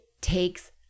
takes